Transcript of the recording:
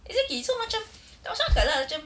exactly so macam tak masuk akal lah macam